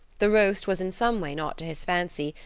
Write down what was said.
the roast was in some way not to his fancy,